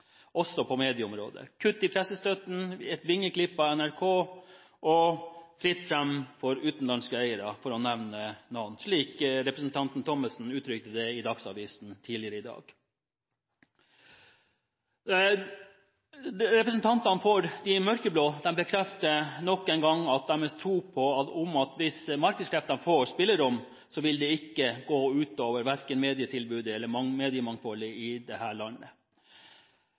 også på medieområdet: kutt i pressestøtten, et vingeklippet NRK og fritt fram for utenlandske eiere, for å nevne noen – slik representanten Thommessen uttrykte det i Dagsavisen i dag. Representantene for de mørkeblå bekrefter nok en gang sin tro på at om markedskreftene får spillerom, vil det ikke gå ut over verken medietilbudet eller mediemangfoldet i dette landet.